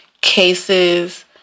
cases